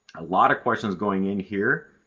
a lot of questions going in here.